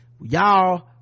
y'all